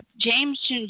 James